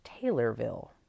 Taylorville